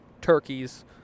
turkeys